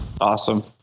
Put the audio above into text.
Awesome